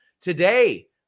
today